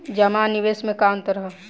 जमा आ निवेश में का अंतर ह?